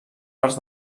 parts